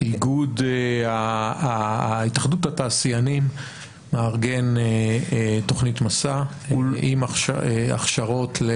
התאחדות התעשיינים מארגן תכנית 'מסע' עם הכשרות?